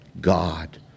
God